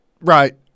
Right